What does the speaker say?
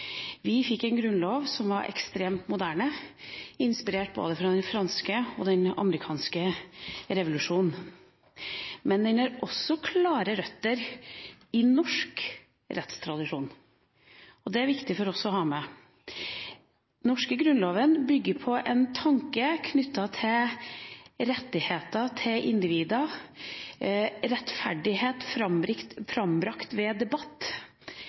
Vi fikk en grunnlov som var ekstremt moderne, inspirert både av den franske og den amerikanske revolusjonen. Men den har også klare røtter i norsk rettstradisjon, og det er det viktig for oss å ha med. Den norske grunnloven bygger på en tanke knyttet til rettigheter for individer, rettferdighet frambrakt ved debatt,